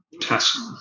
task